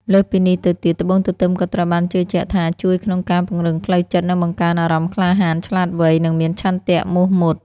លើសពីនេះទៅទៀត ត្បូងទទឹមក៏ត្រូវបានជឿជាក់ថាជួយក្នុងការពង្រឹងផ្លូវចិត្ត និងបង្កើនអារម្មណ៍ក្លាហាន ឆ្លាតវៃ និងមានឆន្ទៈមុះមាត់។